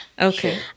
Okay